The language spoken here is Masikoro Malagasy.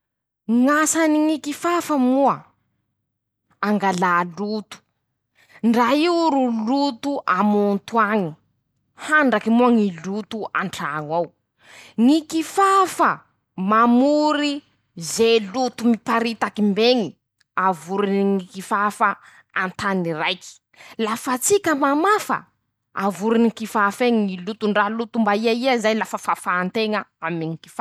Ñ'asany ñy kifafa moa: -Angala loto, ndra io ro loto amonto añy. handraky moa ñy loto an-traño ao; ñy kifafa. mamory ze loto miparitaky mbeñy. avoriny ñy kifafa an-tany raiky ;lafa tsika mamafa. avoriny ñy kifaf'eñy ñy loto ndre loto mbaiaia zay lafa fafan-teña aminy ñy kifafa.